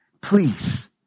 Please